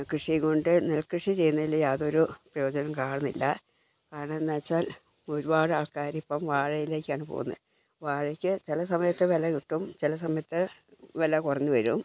കൃഷി കൊണ്ട് നെൽകൃഷി ചെയ്യുന്നതിൽ യാതൊരു പ്രയോജനോം കാണുന്നില്ല കാരണം എന്താച്ചാൽ ഒരുപാട് ആൾക്കാരിപ്പം വാഴയിലേക്കാണ് പോകുന്നത് വാഴക്ക് ചില സമയത്ത് വില കിട്ടും ചില സമയത്ത് വില കുറഞ്ഞു വരും